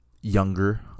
younger